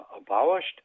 abolished